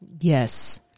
Yes